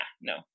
No